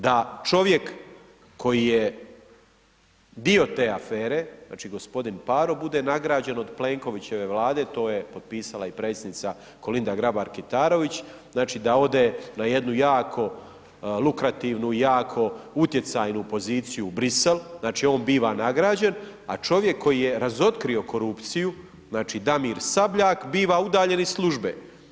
Da čovjek koji je dio te afere, znači gospodin Paro bude nagrađen od Plenkovićeve vlade to je potpisala i predsjednica Kolinda Grabar Kitarović, znači da ode na jednu jako lukrativnu i jako utjecajnu poziciju u Bruxelles, znači on biva nagrađen, a čovjek koji je razotkrio korupciju znači Damir Sabljak biva udaljen iz službe.